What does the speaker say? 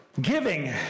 Giving